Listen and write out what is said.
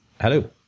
Hello